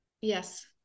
Yes